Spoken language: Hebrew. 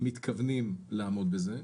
מתכוונים לעמוד בזה?